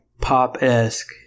pop-esque